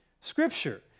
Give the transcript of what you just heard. scripture